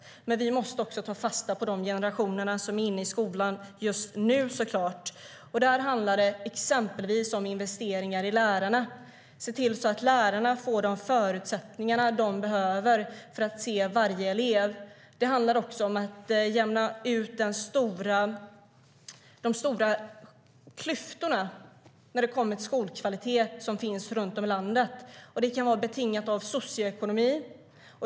Men vi måste såklart också ta fasta på de generationer som är inne i skolan just nu. Där handlar det exempelvis om investeringar i lärarna så att de får de förutsättningar de behöver för att se varje elev. Det handlar också om att jämna ut de stora klyftorna i fråga om skolkvalitet som finns runt om i landet. Det kan vara betingat av socioekonomi.